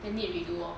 then need to redo lor